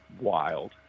wild